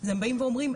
הם באים ואומרים,